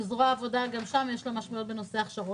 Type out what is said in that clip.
שזרוע העבודה גם שם יש לה משמעויות בנושא הכשרות.